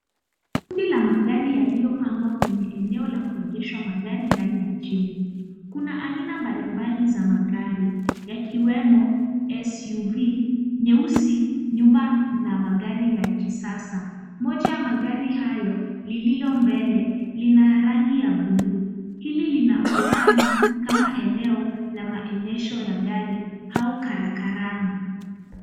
Kundi la magari yaliopangwa kwenye eneo la kuegeshwa magari ndani ya jengo. Kuna aina mbali mbali za magari yakiwemo SUV nyeusi nyuma na mgari ya kisasa. Moja ya magari hayo lililo mbele lina rangi ya bluu. Hili linaonekana kama eneo la maonyesho ya gari au karakarana.